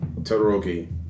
Todoroki